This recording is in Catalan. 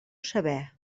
saber